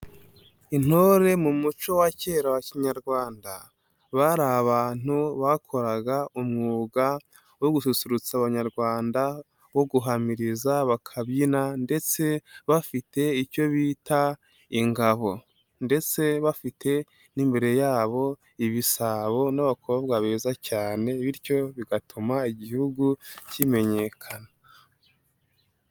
Intore mu muco wa kera wa kinyarwanda bari abantu bakoraraga umwuga wo gususurutsa abanyarwanda, wo guhamiriza bakabyina ndetse bafite icyo bita ingabo, ndetse bafite n'imbere yabo ibisabo n'abakobwa beza cyane bityo bigatuma igihugu kimenyekana.